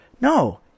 no